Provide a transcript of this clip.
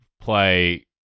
play